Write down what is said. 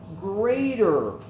greater